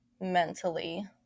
mentally